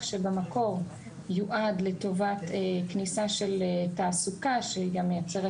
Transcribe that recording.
שבמקור יועד לטובת כניסה של תעסוקה שגם מייצרת